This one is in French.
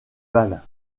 valle